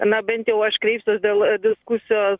na bent jau aš kreipsiuos dėl diskusijos